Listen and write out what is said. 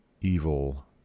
evil